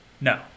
No